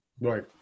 Right